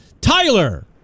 Tyler